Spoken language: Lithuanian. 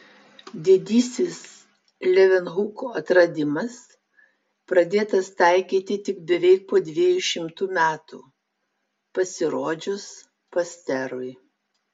didysis levenhuko atradimas pradėtas taikyti tik beveik po dviejų šimtų metų pasirodžius pasterui